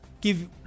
give